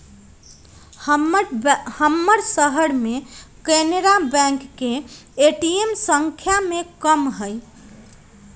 महम्मर शहर में कनारा बैंक के ए.टी.एम संख्या में कम हई